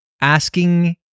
asking